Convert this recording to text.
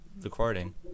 recording